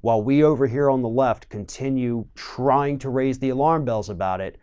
while we over here on the left, continue trying to raise the alarm bells about it,